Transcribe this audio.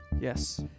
yes